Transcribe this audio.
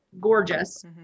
gorgeous